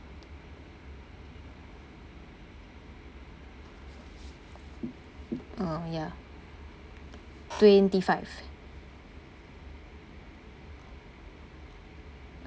um ya twenty five